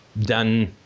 done